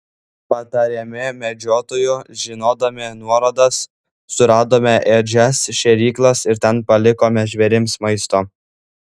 patariami medžiotojų žinodami nuorodas suradome ėdžias šėryklas ir ten palikome žvėrims maisto